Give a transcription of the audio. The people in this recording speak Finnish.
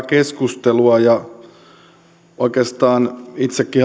keskustelua oikeastaan itsekin